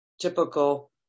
typical